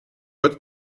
wird